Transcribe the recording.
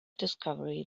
discovery